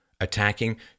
attacking